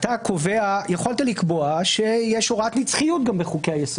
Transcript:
יכולת לקבוע שיש הוראת נצחיות בחוקי היסוד.